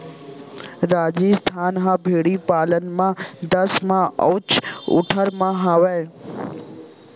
राजिस्थान ह भेड़ी पालन म देस म चउथा ठउर म हावय